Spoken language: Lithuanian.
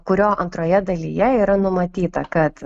kurio antroje dalyje yra numatyta kad